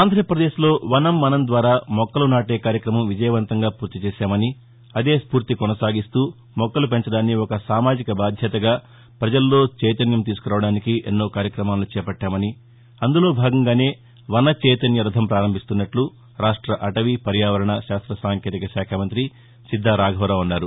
ఆంధ్రాపదేశ్లో వనం మనం ద్వారా మొక్కలు నాటే కార్యక్రమం విజయవంతంగా పూర్తి చేశామని అదే స్పూర్తి కొనసాగిస్తూ మొక్కలు పెంచడాన్ని ఒక సామాజిక బాధ్యతగా పజల్లో చైతన్యం తీసుకురావడానికి ఎన్నో కార్యక్రమాలను చేపట్టామని అందులో భాగంగానే వన చైతన్య రథం పారంభిస్తున్నట్ల రాష్ట అటవీ పర్యావరణ శాస్త్ర సాంకేతిక శాఖ మంతి శిద్దా రాఘవరావు అన్నారు